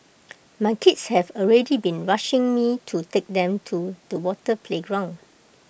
my kids have already been rushing me to take them to the water playground